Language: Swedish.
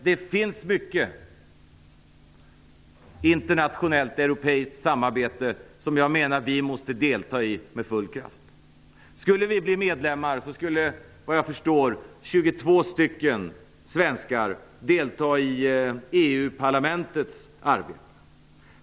Det finns mycket internationellt europeiskt samarbete som jag menar att vi måste delta i med full kraft. Om vi blir medlemmar skulle såvitt jag förstår 22 svenskar delta i EU-parlamentets arbete.